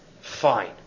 Fine